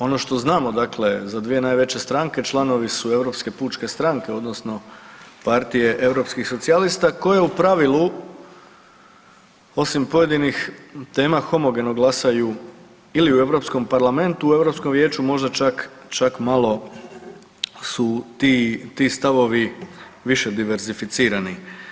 Ono što znamo dakle za dvije najveće stranke članovi su Europske pučke stranke odnosno partije europskih socijalista koje u pravilu osim pojedinih tema homogeno glasaju ili u Europskom parlamentu, u Europskom vijeću možda čak malo su ti stavovi više diverzificirani.